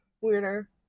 weirder